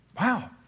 Wow